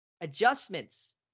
Adjustments